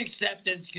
Acceptance